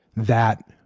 that